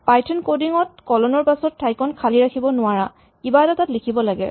Python coding ত column ৰ পাছৰ ঠাইকণ খালী ৰাখিব নোৱাৰা কিবা এটা তাত লিখিব লাগে